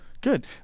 Good